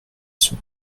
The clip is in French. sont